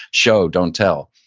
show, don't tell.